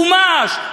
חומש,